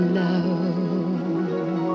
love